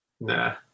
nah